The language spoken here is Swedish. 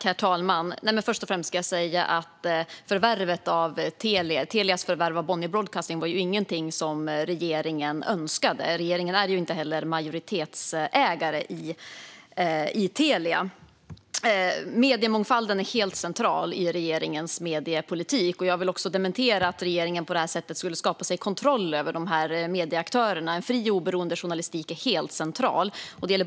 Herr talman! Först och främst vill jag säga att Telias förvärv av Bonnier Broadcasting inte var något som regeringen önskade. Regeringen är heller inte majoritetsägare i Telia. Mediemångfalden är helt central i regeringens mediepolitik. Jag vill dementera att regeringen på det här sättet skulle skapa sig kontroll över dessa medieaktörer. En fri och oberoende journalistik är helt central.